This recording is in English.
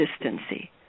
consistency